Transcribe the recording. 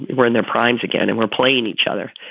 were in their primes again, and we're playing each other.